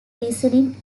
reasoning